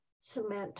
cement